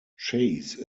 chase